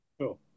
sure